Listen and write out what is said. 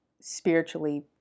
spiritually